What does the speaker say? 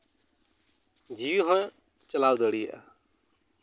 ᱡᱤᱣᱤ ᱦᱚᱸ ᱪᱟᱞᱟᱣ ᱫᱟᱲᱮᱭᱟᱜᱼᱟ